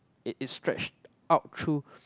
it it stretch out through